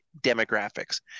demographics